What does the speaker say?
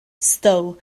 stow